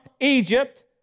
Egypt